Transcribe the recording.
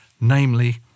Namely